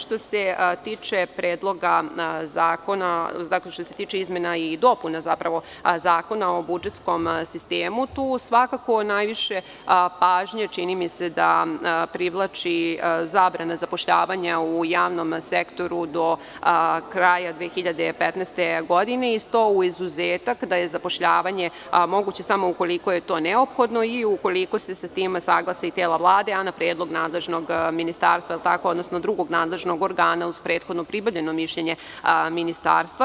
Što se tiče izmena i dopuna o budžetskom sistemu tu svakako najviše pažnje privlači i zabrana zapošljavanja u javnom sektoru do kraja 2015. godine uz izuzetak da je zapošljavanje moguće samo ukoliko je to neophodno i ukoliko se sa tim saglase i tela Vlade, a na predlog nadležnog ministarstva, odnosno drugog nadležnog organa uz prethodno pribavljeno mišljenje ministarstva.